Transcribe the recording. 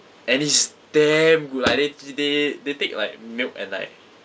and it's damn good like they they they take like milk and like